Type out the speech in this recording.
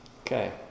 Okay